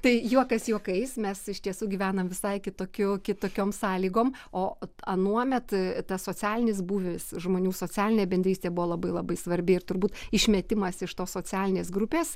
tai juokas juokais mes iš tiesų gyvenam visai kitokiu kitokiom sąlygom o anuomet tas socialinis būvis žmonių socialinė bendrystė buvo labai labai svarbi ir turbūt išmetimas iš tos socialinės grupės